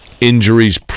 injuries –